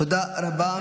תודה רבה.